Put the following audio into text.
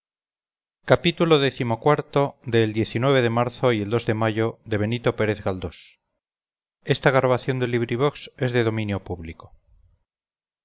xxvi xxvii xxviii xxix xxx el de marzo y el de mayo de